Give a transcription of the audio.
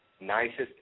nicest